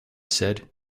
said